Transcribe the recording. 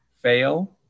fail